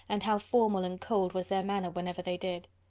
and how formal and cold was their manner whenever they did.